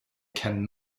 can